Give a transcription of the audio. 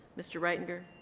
mr. reitlinger?